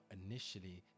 initially